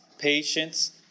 patience